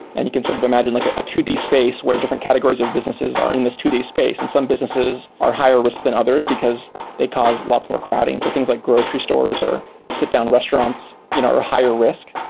and you can sort of imagine like a two d space where different categories of businesses are in this two d space, and some businesses are higher risk than others because they cause lots more crowding. things like grocery stores, or sit-down restaurants you know are higher risk,